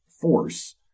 force